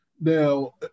Now